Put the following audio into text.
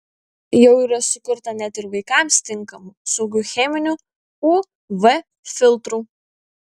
jau yra sukurta net ir vaikams tinkamų saugių cheminių uv filtrų